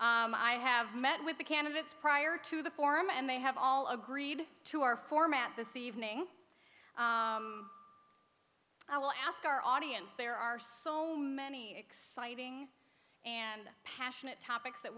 and i have met with the candidates prior to the forum and they have all agreed to our format this evening i will ask our audience there are so many exciting and passionate topics that